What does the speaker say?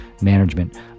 management